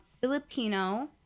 Filipino